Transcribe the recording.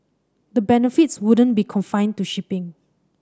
the benefits wouldn't be confined to shipping